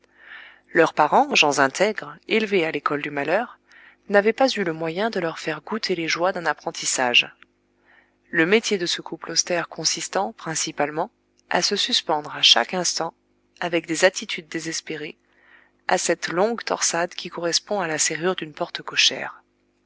leurs parents gens intègres élevés à l'école du malheur n'avaient pas eu le moyen de leur faire goûter les joies d'un apprentissage le métier de ce couple austère consistant principalement à se suspendre à chaque instant avec des attitudes désespérées à cette longue torsade qui correspond à la serrure d'une porte cochère